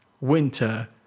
winter